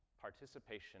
participation